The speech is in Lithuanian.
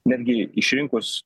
netgi išrinkus